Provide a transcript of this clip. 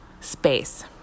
space